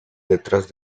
detrás